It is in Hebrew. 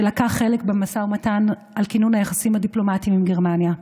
שלקח חלק במשא ומתן על כינון היחסים הדיפלומטים עם גרמניה.